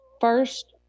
first